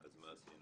אז מה עשינו?